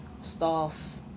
staff